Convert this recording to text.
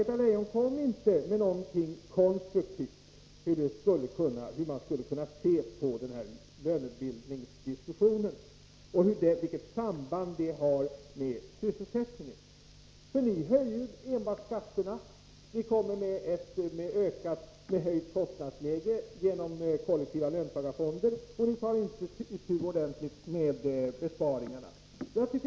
Hon kom inte med några konstruktiva synpunkter på hur man skall se på välutbildningsdiskussionen och vilket samband den har med sysselsättningen. Ni bara höjer skatten. Ni åstadkommer ett ökat kostnadsläge genom kollektiva löntagarfonder. Ni tar inte itu ordentligt med besparingarna.